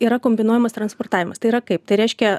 yra kombinuojamas transportavimas tai yra kaip tai reiškia